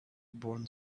brown